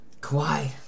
Kawhi